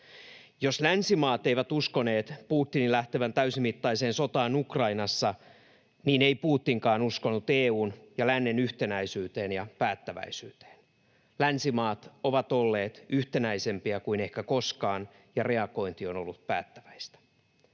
Jos länsimaat eivät uskoneet Putinin lähtevän täysimittaiseen sotaan Ukrainassa, niin ei Putinkaan uskonut EU:n ja lännen yhtenäisyyteen ja päättäväisyyteen. Länsimaat ovat olleet yhtenäisempiä kuin ehkä koskaan, ja reagointi on ollut päättäväistä.